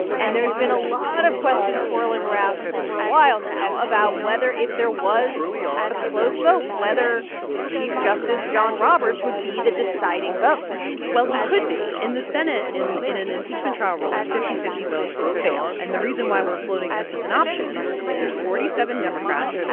and there's been a lot of questions swirling around for a while now about whether if there was a close vote, whether chief justice john roberts would be the deciding vote well, he could be. in the senate, in in an impeachment trial roll is fifty fifty votes fail. and the reason why we're floating this as an option is there's forty seven democrats,